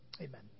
Amen